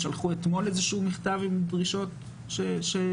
שלחו אתמול איזשהו מכתב עם דרישות שהיו.